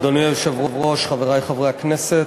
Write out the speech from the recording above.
אדוני היושב-ראש, חברי חברי הכנסת,